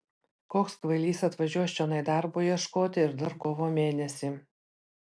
koks kvailys atvažiuos čionai darbo ieškoti ir dar kovo mėnesį